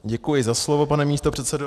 Děkuji za slovo, pane místopředsedo.